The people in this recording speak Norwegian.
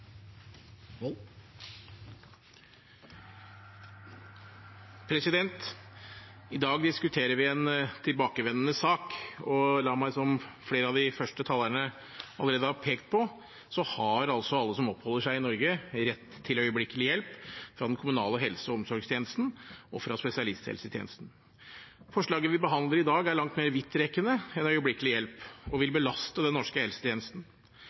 I dag diskuterer vi en tilbakevendende sak. La meg – som flere av de første talerne allerede har pekt på – slå fast at alle som oppholder seg i Norge, har rett til øyeblikkelig hjelp fra den kommunale helse- og omsorgstjenesten og fra spesialisthelsetjenesten. Forslaget vi behandler i dag, er langt mer vidtrekkende enn øyeblikkelig hjelp og vil belaste den norske helsetjenesten.